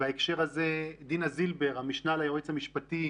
ובהקשר הזה דינה זילבר, המשנה ליועץ המשפטי,